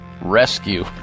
rescue